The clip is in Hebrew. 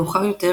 מאוחר יותר,